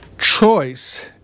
choice